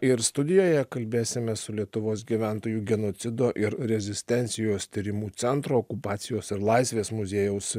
ir studijoje kalbėsime su lietuvos gyventojų genocido ir rezistencijos tyrimų centro okupacijos ir laisvės muziejaus